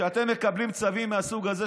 כשאתם מקבלים צווים מהסוג הזה,